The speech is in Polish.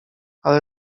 ale